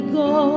go